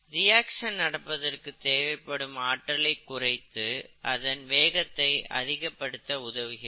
reaction நடப்பதற்கு தேவைப்படும் ஆற்றலை குறைத்து அதன் வேகத்தை அதிகப்படுத்த உதவுகிறது